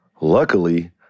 Luckily